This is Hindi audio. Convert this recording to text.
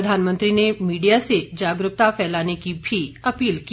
प्रधानमंत्री ने मीडिया से जागरुकता फैलाने की भी अपील की